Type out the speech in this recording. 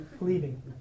leaving